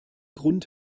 grund